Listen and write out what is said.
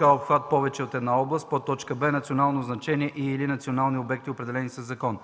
а) обхват повече от една област; б) национално значение и/или национални обекти, определени със закон;